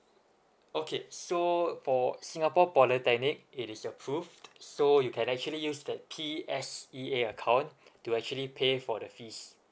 okay so for singapore polytechnic it is approved so you can actually use the P_S_E_A account to actually pay for the fees